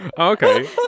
Okay